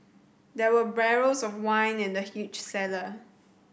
there were barrels of wine in the huge cellar